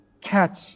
catch